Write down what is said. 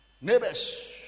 Neighbors